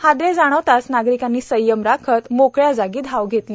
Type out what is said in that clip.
हादरे जाणवताच नागरिकांनी संयम राखत मोकळ्या जागी धाव घेतली